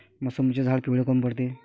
मोसंबीचे झाडं पिवळे काऊन पडते?